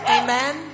amen